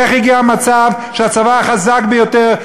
איך הגיע מצב שהצבא החזק ביותר,